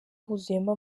huzuyemo